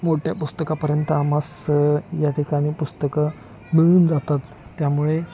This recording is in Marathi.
मोठ्या पुस्तकापर्यंत आम्हास या ठिकाणी पुस्तकं मिळून जातात त्यामुळे